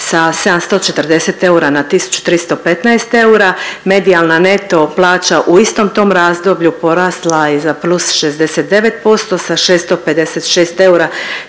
sa 740 eura na 1.315 eura, medijalna neto plaća u istom tom razdoblju porasla je za plus 69% sa 656 eura